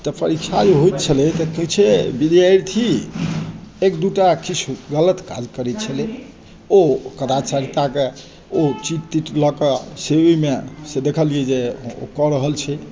तऽ परीक्षा जे होइत छलै तऽ किछुए विद्यार्थी एक दूटा किछु गलत काज करै छलै ओ कदाचारताके ओ चिट तिट लऽकऽ सेवीमेसँ देखलिए जे ओ कऽ रहल छै